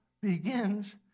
begins